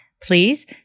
Please